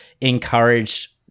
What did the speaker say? encouraged